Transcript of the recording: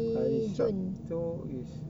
hari sabtu is